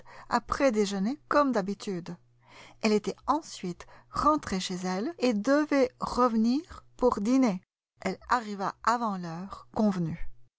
après déjeuner comme d'habitude elle était ensuite rentrée chez elle et devait revenir pour dîner elle arriva avant l'heure convenue